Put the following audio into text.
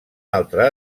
altre